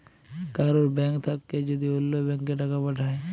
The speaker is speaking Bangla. কারুর ব্যাঙ্ক থাক্যে যদি ওল্য ব্যাংকে টাকা পাঠায়